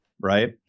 right